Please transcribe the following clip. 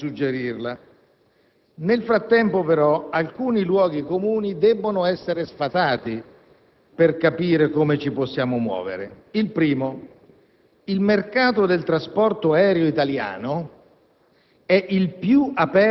I problemi di Malpensa sono così profondi che non possono essere risolti dalla sola compagnia di bandiera. La via deve essere un'altra, e cercherò di suggerirla.